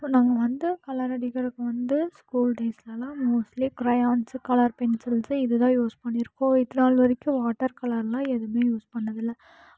இப்போ நாங்கள் வந்து கலர் அடிக்கரக்கு வந்து ஸ்கூல் டேஸ்ல எல்லாம் மோஸ்ட்லி கிரையான்ஸ் கலர் பென்சில்ஸ் இது தான் யூஸ் பண்ணி இருக்கோம் இது நாள் வரைக்கும் வாட்டர் கலர் எல்லாம் எதுவுமே யூஸ் பண்ணது இல்லை